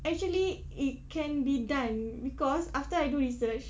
actually it can be done because after I do research